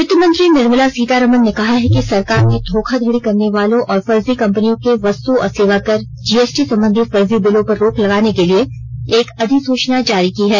वित्तमंत्री निर्मला सीतारामन ने कहा है कि सरकार ने धोखाधड़ी करने वालों और फर्जी कंपनियों के वस्तु और सेवा कर जीएसटी संबंधी फर्जी बिलों पर रोक लगाने के लिए एक अधिसूचना जारी की है